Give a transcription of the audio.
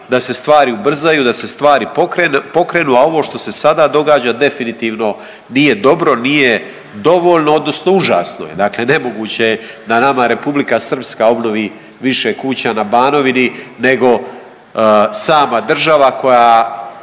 da se stvari ubrzaju, da se stvari pokrenu, a ovo što se sada događa, definitivno nije dobro, nije dovoljno, odnosno užasno je. Dakle nemoguće je da nama Republika Srpska obnovi više kuća na Banovini nego sama država koja